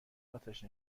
آتش